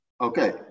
Okay